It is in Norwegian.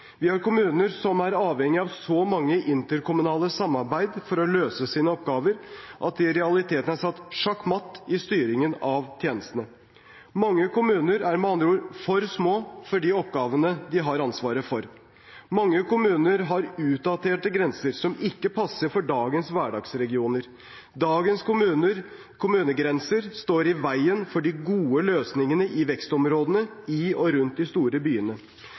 Vi har kommuner som er avhengig av så mye interkommunalt samarbeid for å løse sine oppgaver at de i realiteten er satt sjakkmatt i styringen av tjenestene. Mange kommuner er med andre ord for små for de oppgavene de har ansvaret for. Mange kommuner har utdaterte grenser som ikke passer med dagens hverdagsregioner. Dagens kommunegrenser står i veien for de gode løsningene i vekstområdene i og rundt de store byene.